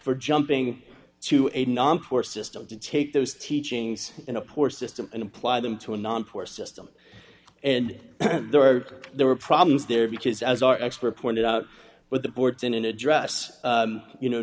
for jumping to a non for system to take those teachings in a poor system and apply them to a non porous system and there are there are problems there because as our expert pointed out with the ports in an address you know